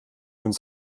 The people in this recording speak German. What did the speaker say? und